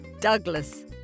Douglas